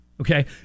Okay